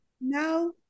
no